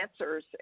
answers